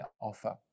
offer